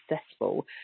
successful